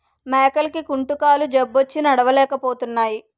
మేకలకి కుంటుకాలు జబ్బొచ్చి నడలేపోతున్నాయి